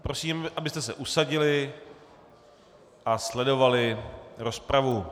Prosím, abyste se usadili a sledovali rozpravu.